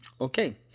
okay